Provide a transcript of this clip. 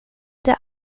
der